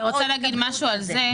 אני רוצה להגיד משהו על זה.